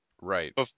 Right